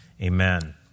Amen